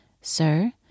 Sir